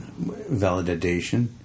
Validation